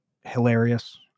hilarious